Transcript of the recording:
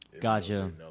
Gotcha